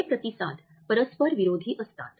हे प्रतिसाद परस्परविरोधी असतात